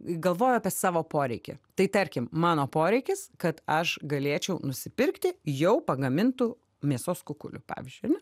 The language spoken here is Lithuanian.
galvoju apie savo poreikį tai tarkim mano poreikis kad aš galėčiau nusipirkti jau pagamintų mėsos kukulių pavyzdžiui ar ne